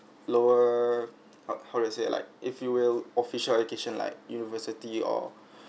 lower uh how how do I say like if you will official education like university or